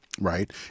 right